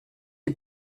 die